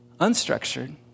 unstructured